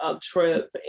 trip